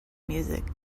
music